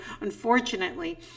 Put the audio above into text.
unfortunately